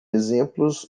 exemplos